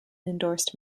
endorsed